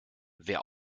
wer